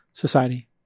society